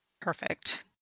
Perfect